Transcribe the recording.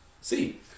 see